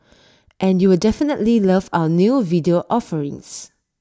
and you'll definitely love our new video offerings